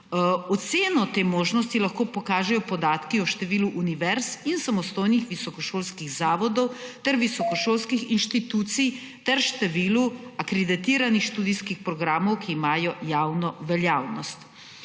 Oceno te možnosti lahko pokažejo podatki o številu univerz in samostojnih visokošolskih zavodov ter visokošolskih institucij in številu akreditiranih študijskih programov, ki imajo javno veljavnost.